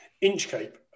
Inchcape